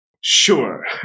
Sure